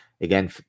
Again